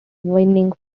winning